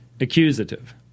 accusative